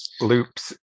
loops